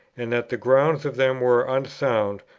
and that the grounds of them were unsound,